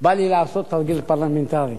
בא לי לעשות תרגיל פרלמנטרי.